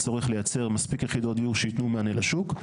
הצורך לייצר מספיק יחידות דיור שיתנו מענה לשוק.